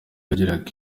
yageraga